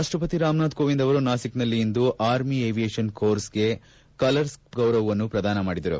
ರಾಷ್ಷಪತಿ ರಾಮನಾಥ್ ಕೋವಿಂದ್ ಅವರು ನಾಸಿಕ್ನಲ್ಲಿ ಇಂದು ಆರ್ ಏವಿಯೇಶನ್ ಕೋರ್ಗೆ ಕಲರ್್ ಗೌರವವನ್ನು ಪ್ರದಾನ ಮಾಡಿದರು